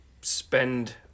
spend